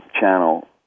channel